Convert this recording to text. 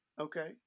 Okay